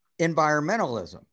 environmentalism